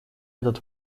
этот